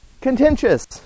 contentious